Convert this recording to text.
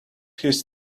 his